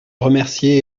remercier